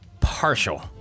partial